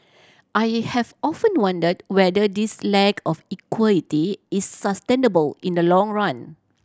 I have often wondered whether this lack of equity is sustainable in the long run